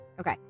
Okay